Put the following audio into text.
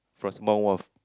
from small wharf